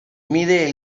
mide